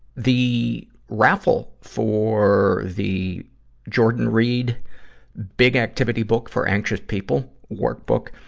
the raffle for the jordan reid big activity book for anxious people workbook.